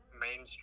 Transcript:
mainstream